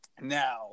now